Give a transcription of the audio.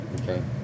Okay